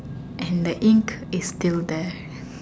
and the ink is still there